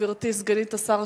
גברתי סגנית השר,